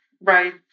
right